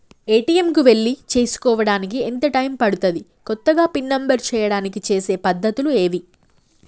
ATM కు వెళ్లి చేసుకోవడానికి ఎంత టైం పడుతది? కొత్తగా పిన్ నంబర్ చేయడానికి చేసే పద్ధతులు ఏవి?